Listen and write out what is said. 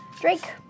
Drake